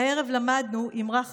/ הערב למדנו אמרה חכמה,